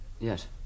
Yes